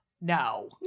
No